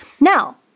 Now